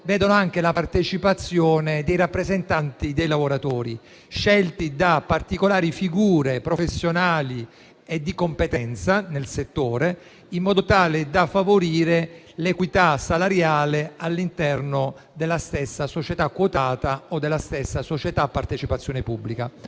vedano anche la partecipazione dei rappresentanti dei lavoratori, scelti tra particolari figure professionali e di competenza nel settore, in modo tale da favorire l'equità salariale all'interno della stessa società quotata o della stessa società a partecipazione pubblica.